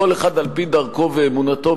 כל אחד על-פי דרכו ואמונתו,